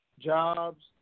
Jobs